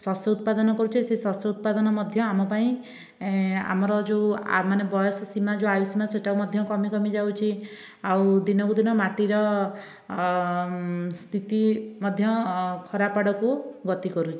ଶସ୍ୟ ଉତ୍ପାଦନ କରୁଛେ ସେ ଶସ୍ୟ ଉତ୍ପାଦନ ମଧ୍ୟ ଆମ ପାଇଁ ଆମର ଯେଉଁ ଆ ମାନେ ଯେଉଁ ବୟସ ସୀମା ଯେଉଁ ଆୟୁ ସୀମା ସେଇଟା ମଧ୍ୟ କମିକମି ଯାଉଛି ଆଉ ଦିନକୁ ଦିନ ମାଟିର ସ୍ଥିତି ମଧ୍ୟ ଖରାପ ଆଡ଼କୁ ଗତି କରୁଛି